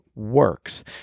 Works